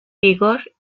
vigor